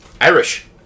Irish